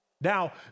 Now